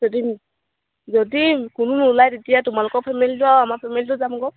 যদি যদি কোনো নোলায় তেতিয়া তোমালোকৰ ফেমিলিটো আৰু আমাৰ ফেমিলিটো যামগৈ